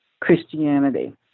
Christianity